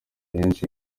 benshi